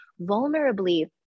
vulnerably